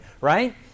right